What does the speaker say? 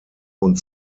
und